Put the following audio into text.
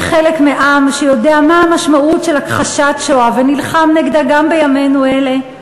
כחלק מעם שיודע מה המשמעות של הכחשת שואה ונלחם נגדה גם בימינו אלה,